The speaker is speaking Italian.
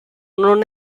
non